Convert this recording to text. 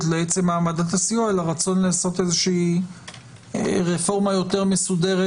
למעמד הסיוע אלא רצון לעשות רפורמה יותר מסודרת